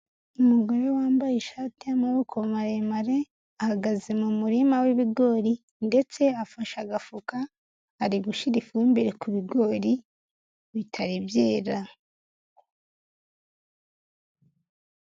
Umugore wambaye ishati y'amaboko maremare, ahagaze mu murima w'ibigori, ndetse afashe agafuka ari gushyira ifumbire ku bigori bitari byera.